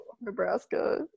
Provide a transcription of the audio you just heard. Nebraska